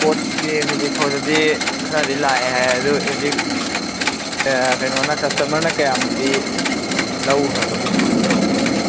ꯄꯣꯠꯁꯦ ꯍꯧꯖꯤꯛ ꯐꯥꯎꯗꯗꯤ ꯈꯔꯗꯤ ꯂꯥꯛꯑꯦ ꯍꯥꯏ ꯑꯗꯨ ꯍꯧꯖꯤꯛ ꯑꯦ ꯀꯩꯅꯣꯅ ꯀꯁꯇꯃꯔꯅ ꯀꯌꯥꯝꯗꯤ ꯂꯧꯒ꯭ꯔꯕꯒꯦ ꯀꯃꯥꯏꯅ ꯇꯧꯕꯒꯦ ꯑꯗꯨ